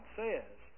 says